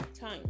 time